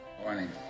Morning